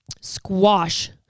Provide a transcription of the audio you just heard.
squash